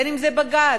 בין שזה בגז,